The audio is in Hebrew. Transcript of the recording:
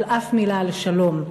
אבל אף מילה על שלום.